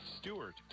Stewart